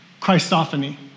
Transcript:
Christophany